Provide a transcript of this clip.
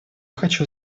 хочу